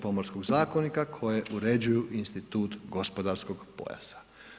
Pomorskog zakonika koje uređuju institut gospodarskog pojasa.